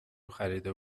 خریده